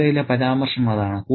കഥയിലെ പരാമർശം അതാണ്